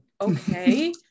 Okay